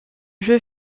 jeu